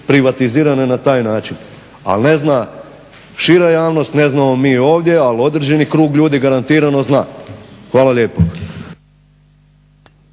privatizirane na taj način ali ne zna šira javnost, ne znamo mi ovdje ali određeni krug ljudi garantirano zna. Hvala lijepo.